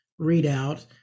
readout